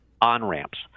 on-ramps